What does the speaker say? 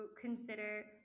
consider